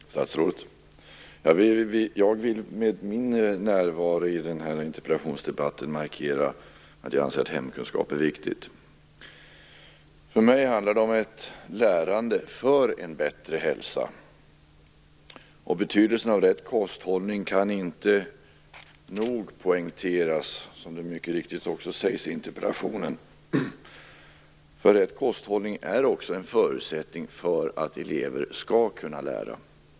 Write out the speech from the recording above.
Fru talman! Statsrådet! Jag vill med min närvaro i den här interpellationsdebatten markera att jag anser att ämnet hemkunskap är viktigt. För mig handlar det om ett lärande för en bättre hälsa. Betydelsen av rätt kosthållning kan inte nog poängteras, som det mycket riktigt sägs i interpellationen. Rätt kosthållning är också en förutsättning för att elever skall kunna lära.